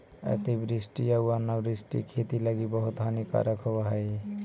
अतिवृष्टि आउ अनावृष्टि खेती लागी बहुत हानिकारक होब हई